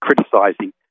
criticizing